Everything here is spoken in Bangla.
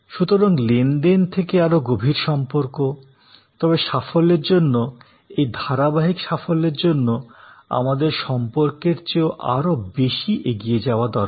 সুতরাং লেনদেন থেকে আরো গভীর সম্পর্ক তবে সাফল্যের জন্য এই ধারাবাহিক সাফল্যের জন্য আমাদের সম্পর্কের চেয়েও আরও বেশি এগিয়ে যাওয়া দরকার